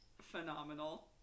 Phenomenal